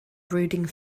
brooding